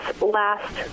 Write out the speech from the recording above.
last